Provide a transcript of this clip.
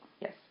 Yes